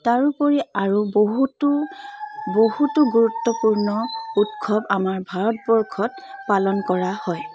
তাৰোপৰি আৰু বহুতো বহুতো গুৰুত্বপূৰ্ণ উৎসৱ আমাৰ ভাৰতবৰ্ষত পালন কৰা হয়